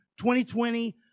2020